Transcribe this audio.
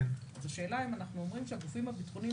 השאלה אם אנחנו אומרים שהגופים הביטחוניים